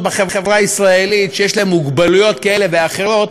בחברה הישראלית שיש להן מוגבלות כזאת או אחרת,